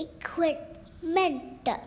equipment